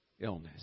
illness